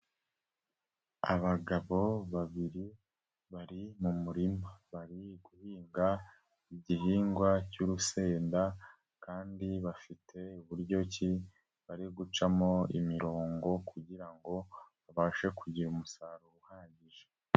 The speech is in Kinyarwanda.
Abagabo babiri bari mu murima. Bari guhinga igihingwa cy'urusenda kandi bafite uburyo ki bari gucamo imirongo kugirango babashe kugira umusaruro uhagije.